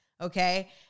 okay